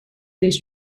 these